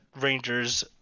Rangers